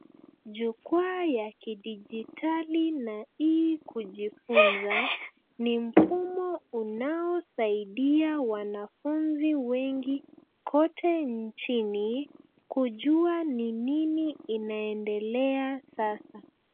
Jukwaa ya kidijitali na hii kujifunza ni mfumo unaosaidia wanafunzi wengi kote nchini kujua ni nini inaendelea sasa.